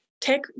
Take